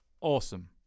Awesome